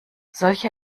solche